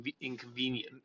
inconvenient